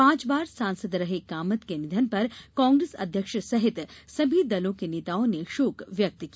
पांच बार सांसद रहे कामत के निधन पर कांग्रेस अध्यक्ष सहित सभी दलों के नेताओं ने शोक व्यक्त किया